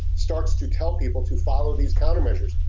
starts to tell people to follow these counter measures.